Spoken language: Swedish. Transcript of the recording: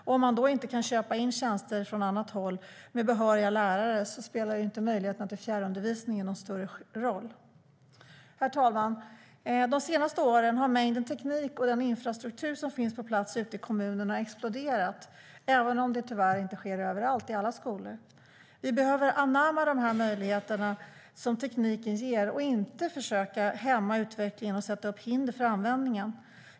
Om de då inte kan köpa in tjänster från annat håll med behöriga lärare spelar möjligheterna till fjärrundervisning inte någon större roll. Herr talman! De senaste åren har mängden teknik och den infrastruktur som finns på plats ute i kommunerna exploderat, även om det tyvärr inte sker överallt i alla skolor. Vi behöver anamma de möjligheter som tekniken ger och inte försöka hämma utvecklingen och sätta upp hinder för användningen.